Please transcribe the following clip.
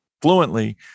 fluently